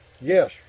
Yes